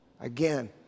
Again